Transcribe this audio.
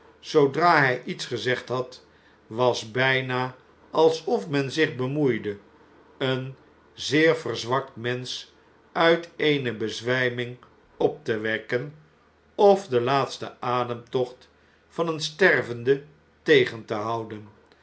zoodra hjj iets gezegd had was bpa alsof men zich bemoeide een zeer verzwakt mensch uit eene bezwijming op te wekken of den laatsten ademtocht van een stervende tegente houden